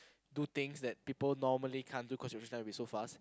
do things that people normally can't do cause you're just gonna be so fast